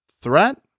threat